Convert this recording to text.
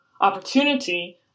opportunity